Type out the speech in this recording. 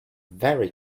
very